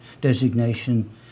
designation